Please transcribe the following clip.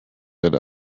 that